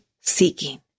seeking